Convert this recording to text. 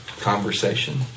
conversation